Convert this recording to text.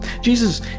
Jesus